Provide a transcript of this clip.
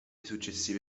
successive